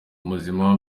muzima